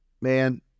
man